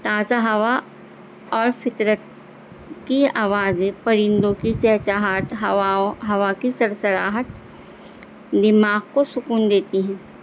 تازہ ہوا اور فطرت کی آوازیں پرندوں کی چہچاہٹ ہوا ہوا کی سرسراہٹ دماغ کو سکون دیتی ہیں